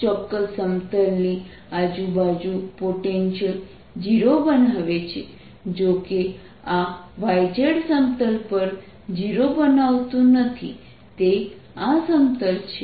આ ચોક્કસ સમતલની આજુબાજુ પોટેન્શિયલ 0 બનાવે છે જો કે આ y z સમતલ પર 0 બનાવતું નથી તે આ સમતલ છે